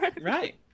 right